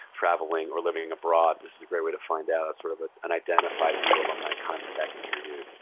traveling, or living abroad, this is a great way to find out, sort of, and identify bu alumni contacts near you.